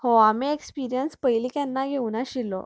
हो आमी एक्सप्रियंस पयली केन्ना घेवना आशिल्लो